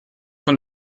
von